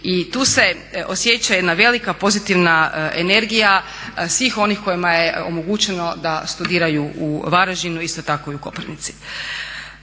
I tu se osjeća jedna velika pozitivna energija svih oni kojima je omogućeno da studiraju u Varaždinu, isto tako i u Koprivnici.